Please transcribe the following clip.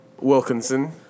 Wilkinson